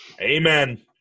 Amen